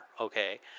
Okay